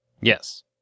Yes